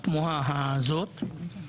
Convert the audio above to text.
התמוהה הזאת.